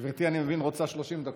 גברתי, אני מבין, רוצה 30 דקות.